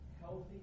healthy